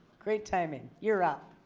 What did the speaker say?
great timing. you're up.